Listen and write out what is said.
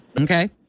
Okay